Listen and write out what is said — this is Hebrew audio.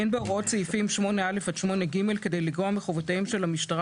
אין בהוראות סעיפים 8א עד 8ג כדי לגרוע מחובותיהם של המשטרה